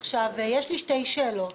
יש לי שתי שאלות.